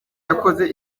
yakoze